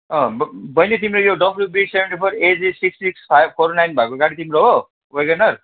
अँ बहिनी तिम्रो यो WB seventy four eight three six six five four nine भएको गाडी तिम्रो हो वेगेनर